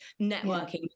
networking